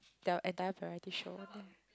their entire variety show